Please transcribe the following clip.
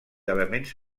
elements